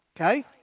okay